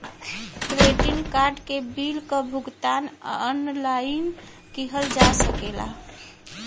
credit card के bill क भुगतान ऑनलाइन किहल जा सकला